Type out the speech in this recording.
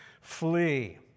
Flee